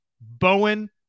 bowen